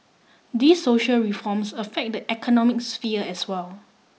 these social reforms affect the economic sphere as well